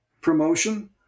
promotion